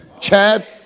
Chad